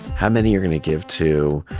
how many you're going to give to,